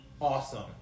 awesome